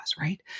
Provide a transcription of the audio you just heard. right